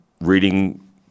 reading